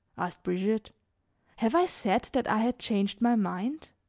asked brigitte have i said that i had changed my mind?